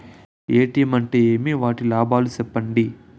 ATM అంటే ఏమి? వాటి లాభాలు సెప్పండి